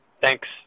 thanks